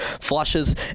flushes